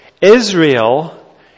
Israel